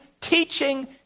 teaching